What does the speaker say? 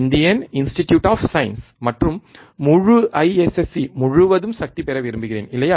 Indian Institute of Science மற்றும் முழு IISc முழுவதும் சக்தி பெற விரும்புகிறேன் இல்லையா